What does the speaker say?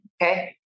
Okay